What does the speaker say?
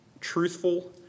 truthful